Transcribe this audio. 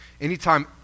Anytime